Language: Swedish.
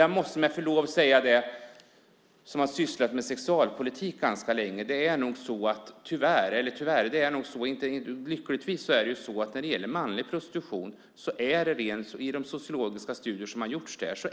Jag har ganska länge sysslat med sexualpolitik, och när det gäller manlig prostitution kan jag säga att de prostituerade, enligt de sociologiska studier som gjorts, inte befinner sig på